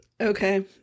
Okay